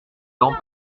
dans